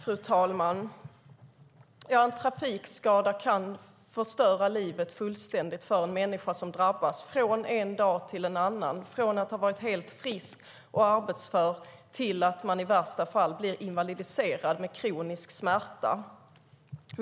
Fru talman! En trafikskada kan förstöra livet fullständigt för en människa som drabbas från en dag till en annan. Från att har varit helt frisk och arbetsför kan man i värsta fall bli invalidiserad med kronisk smärta.